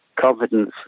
confidence